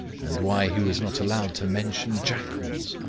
and why he was not allowed to mention jackals.